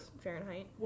Fahrenheit